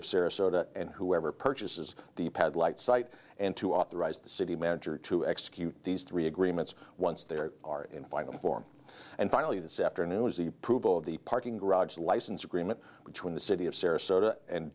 of sarasota and whoever purchases the pad light site and to authorize the city manager to execute these three agreements once there are in final form and finally this afternoon as the approval of the parking garage license agreement between the city of sarasota and